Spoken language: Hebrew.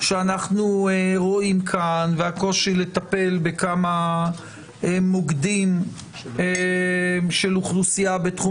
שאנחנו רואים כאן והקושי לטפל בכמה מוקדים של אוכלוסייה בתחום